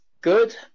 good